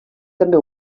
també